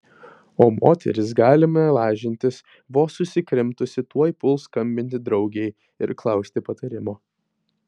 o moteris galime lažintis vos susikrimtusi tuoj puls skambinti draugei ir klausti patarimo